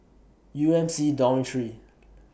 U M C Dormitory